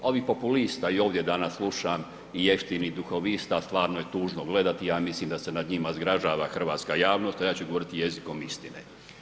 Ovih populista i ovdje danas slušam i jeftinih duhovista stvarno je tužno gledati, ja mislim da se nad njima zgražava hrvatska javnost a ja ću govoriti jezikom istine.